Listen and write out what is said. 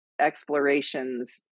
explorations